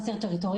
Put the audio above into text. מדובר